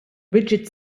rigid